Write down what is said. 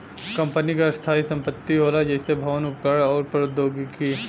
company क स्थायी संपत्ति होला जइसे भवन, उपकरण आउर प्रौद्योगिकी